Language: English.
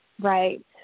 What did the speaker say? Right